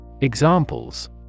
Examples